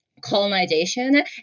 colonization